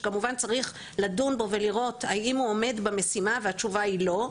שכמובן צריך לדון בו ולראות האם הוא עומד במשימה והתשובה היא לא.